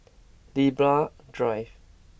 Libra Drive